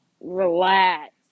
Relax